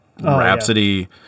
Rhapsody